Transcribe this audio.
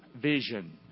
Vision